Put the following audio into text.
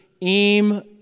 aim